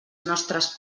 nostres